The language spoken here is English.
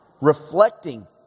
reflecting